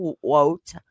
quote